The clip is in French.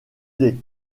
des